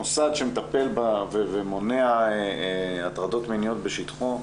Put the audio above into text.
מוסד שמטפל ומונע הטרדות מיניות בשטחו,